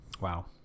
Wow